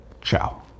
Ciao